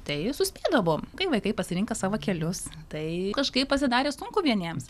tai suspėdavom kai vaikai pasireno savo kelius tai kažkaip pasidarė sunku vieniems